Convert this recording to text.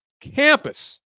campus